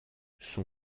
son